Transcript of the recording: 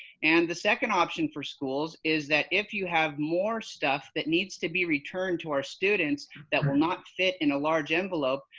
and the second option for schools is that if you have more stuff that needs to be returned to our students that will not fit in a large envelope,